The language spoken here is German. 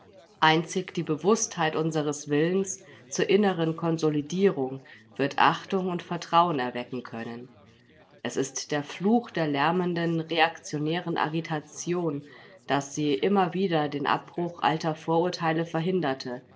einzig die bewußtheit unseres willens zur inneren konsolidierung wird achtung und vertrauen erwecken können es ist der fluch der lärmenden reaktionären agitation daß sie immer wieder den abbruch alter vorurteile verhinderte